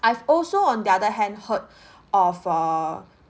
I've also on the other hand heard of err